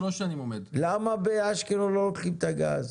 למה באשקלון לא לוקחים את הגז?